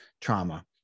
trauma